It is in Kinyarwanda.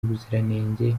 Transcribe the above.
ubuziranenge